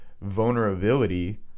vulnerability